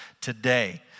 today